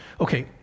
Okay